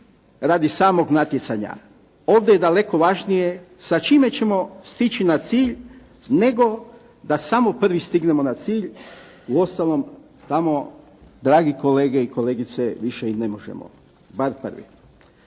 radi samog natjecanja. Ovdje je daleko važnije sa čime ćemo stići na cilj, nego da samo prvi stignemo na cilj, uostalom tamo, dragi kolege i kolegice više i ne možemo, bar prvi.